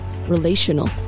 relational